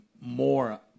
more